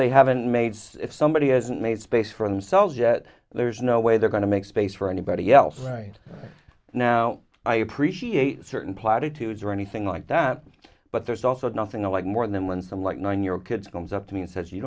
they haven't made somebody hasn't made space for themselves yet there's no way they're going to make space for anybody else right now i appreciate certain platitudes or anything like that but there's also nothing alike more than when some like nine year old kids comes up to me and says you